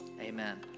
Amen